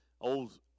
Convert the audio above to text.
old